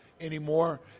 Anymore